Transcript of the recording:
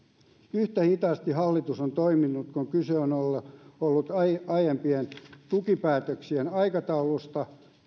yhtä hitaasti hallitus on toiminut kun on kyse ollut aiempien tukipäätöksien aikatauluista